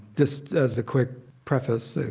just as a quick preface,